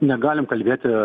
negalim kalbėti